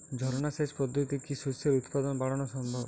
ঝর্না সেচ পদ্ধতিতে কি শস্যের উৎপাদন বাড়ানো সম্ভব?